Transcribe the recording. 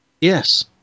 Yes